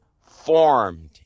formed